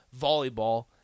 volleyball